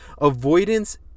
Avoidance